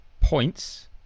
Points